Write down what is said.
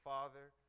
Father